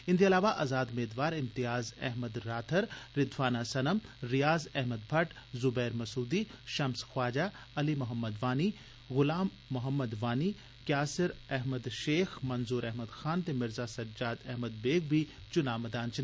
एदे इलावा अज़ाद मेदवार इम्तियाज़ अहमद राथर रिघवाना सनम रियाज़ अहम्मद भट्ट जुबैर मसूदी शम्स ख्वाजा अली मोहमद वानी गुलाम मोहमद वानी क्यासिर अहम्मद शेख मंजूर अहमद खान ते मिर्ज़ा़ सजाद अहमद बेग बी चुना मैदान च न